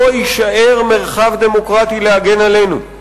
לא יישאר מרחב דמוקרטי להגן עלינו.